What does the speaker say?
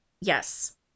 Yes